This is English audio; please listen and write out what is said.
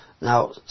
Now